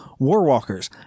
Warwalkers